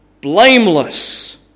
blameless